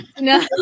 No